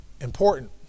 Important